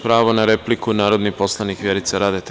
Pravo na repliku, narodni poslanik Vjerica Radeta.